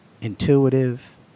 intuitive